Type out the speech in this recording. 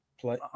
play